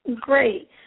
Great